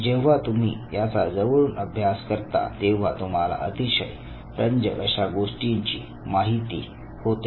जेव्हा तुम्ही याचा जवळून अभ्यास करता तेव्हा तुम्हाला अतिशय रंजक अशा गोष्टींची माहिती होते